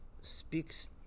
speaks